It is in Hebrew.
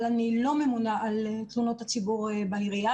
אבל אני לא ממונה על תלונות הציבור בעירייה.